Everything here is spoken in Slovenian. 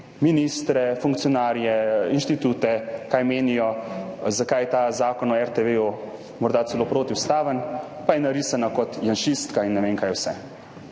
ministre, funkcionarje, inštitute, kaj menijo, zakaj je ta zakon o RTV morda celo protiustaven, pa je narisana kot janšistka in ne vem, kaj vse.